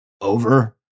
over